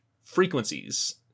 frequencies